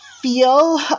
feel